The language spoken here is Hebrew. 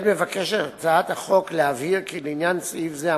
כן מבקשת הצעת החוק להבהיר כי לעניין סעיף זה,